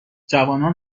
جوانان